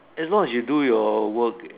as long you do your work